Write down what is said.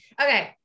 okay